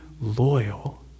loyal